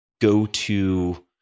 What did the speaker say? go-to